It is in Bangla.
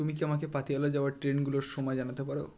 তুমি কি আমাকে পাতিয়ালা যাওয়ার ট্রেনগুলোর সময় জানাতে পারো